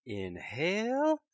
inhale